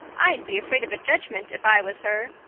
i'd be afraid of a judgment if i was her.